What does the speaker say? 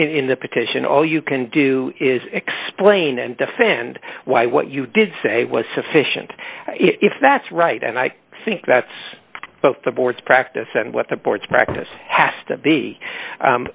in the petition all you can do is explain and defend why what you did say was sufficient if that's right and i think that's both the board's practice and what the board's practice has to be